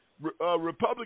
Republican